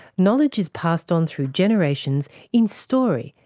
knowledge is passed on through generations in story,